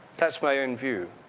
that's my own view.